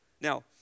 Now